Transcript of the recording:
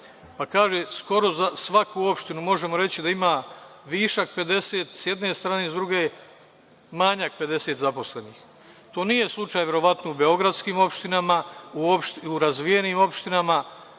pa kaže - skoro za svaku opštinu možemo reći da ima višak 50 sa jedne strane, sa druge manjak 50 zaposlenih. To nije slučaj verovatno u beogradskim opštinama, u razvijenim opštinama,